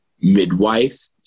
midwife